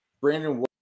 brandon